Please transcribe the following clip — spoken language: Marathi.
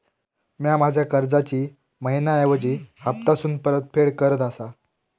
म्या माझ्या कर्जाची मैहिना ऐवजी हप्तासून परतफेड करत आसा